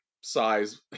size